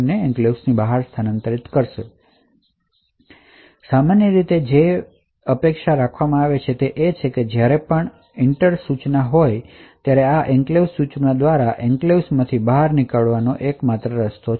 હવે સામાન્ય રીતે જેની અપેક્ષા રાખવામાં આવે છે તે એ છે કે જ્યારે પણ EENTER સૂચના હોય ત્યારે આ એન્ક્લેવ્સ સૂચના દ્વારા એન્ક્લેવ્સ માંથી બહાર નીકળવાનો એકમાત્ર રસ્તો છે